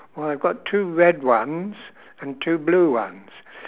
well I've got two red ones and two blue ones